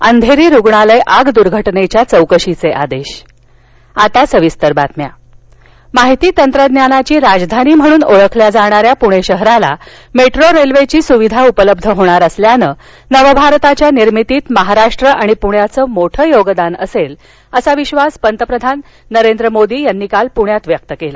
अंधेरी रुग्णालय आग दुर्घटनेच्या चौकशीचे आदेश मोदी माहिती तंत्रज्ञानाची राजधानी म्हणून ओळखल्या जाणाऱ्या पुणे शहराला मेट्रो रेल्वेची सुविधा उपलब्ध होणार असल्यानं नवभारताच्या निर्मातीत महाराष्ट्र आणि पुण्याचे मोठे योगदान असेल असा विश्वास प्रधानमंत्री नरेंद्र मोदी यांनी काल प्रण्यात व्यक्त केला